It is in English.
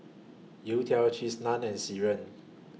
Youtiao Cheese Naan and Sireh